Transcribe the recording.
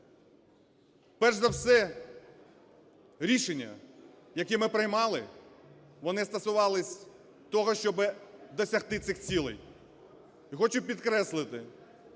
Перш за все, рішення, які ми приймали, вони стосувалися того, щоб досягти цих цілей. І хочу підкреслити,